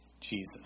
Jesus